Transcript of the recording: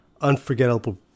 unforgettable